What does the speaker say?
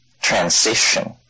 transition